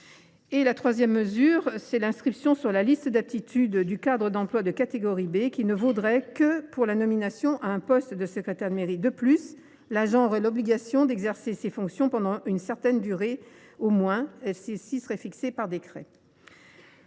eux. Troisièmement, l’inscription sur la liste d’aptitude du cadre d’emplois de catégorie B ne vaudrait que pour la nomination à un poste de secrétaire de mairie. De plus, l’agent aurait l’obligation d’exercer ces fonctions pendant une certaine durée fixée par décret.